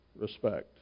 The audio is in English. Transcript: respect